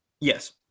Yes